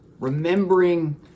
remembering